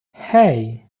hey